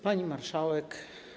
Pani Marszałek!